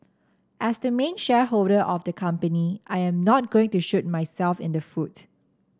as the main shareholder of the company I am not going to shoot myself in the foot